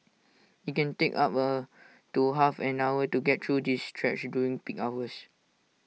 IT can take up A to half an hour to get through the stretch during peak hours